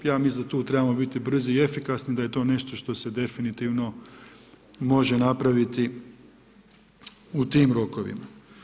Ja mislim da tu trebamo biti brzi i efikasni, da je to nešto što se definitivno može napraviti u tim rokovima.